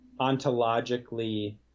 ontologically